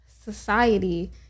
society